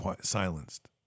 silenced